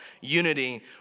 unity